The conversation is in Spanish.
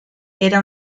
era